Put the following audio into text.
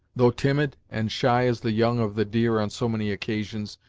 though timid, and shy as the young of the deer on so many occasions,